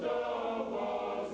no